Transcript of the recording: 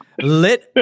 lit